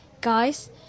guys